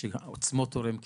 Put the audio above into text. שבעצמו תורם כליה.